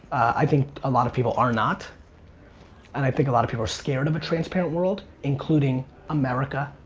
i think a lot of people are not and i think a lot of people are scared of a transparent world, including america,